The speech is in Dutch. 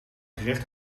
gerecht